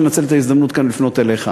אני רוצה לנצל את ההזדמנות כאן ולפנות אליך.